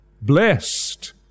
blessed